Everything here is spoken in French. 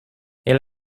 elle